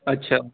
اچھا